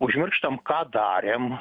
užmirštam ką darėm